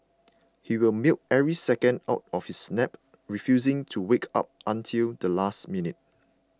he will milk every second out of his nap refusing to wake up until the last minute